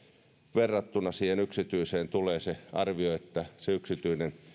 verrattuna siihen yksityiseen tulee se arvio että yksityinen